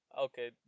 Okay